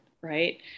right